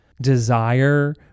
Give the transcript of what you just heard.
desire